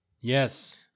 Yes